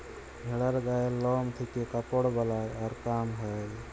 ভেড়ার গায়ের লম থেক্যে কাপড় বালাই আর কাম হ্যয়